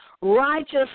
righteous